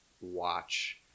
watch